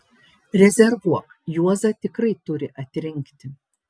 rezervuok juozą tikrai turi atrinkti